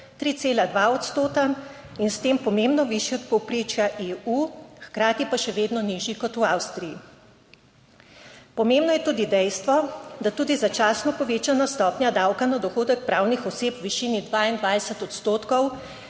3,2 odstoten in s tem pomembno višji od povprečja EU, hkrati pa še vedno nižji kot v Avstriji. Pomembno je tudi dejstvo, da tudi začasno povečana stopnja davka na dohodek pravnih oseb v višini 22 odstotkov